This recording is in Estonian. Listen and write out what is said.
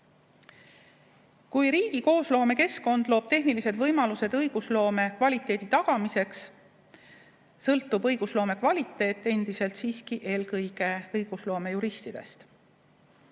Kuigi riigi koosloomekeskkond loob tehnilised võimalused õigusloome kvaliteedi tagamiseks, sõltub õigusloome kvaliteet endiselt siiski eelkõige õigusloomejuristidest.